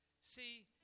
See